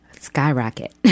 Skyrocket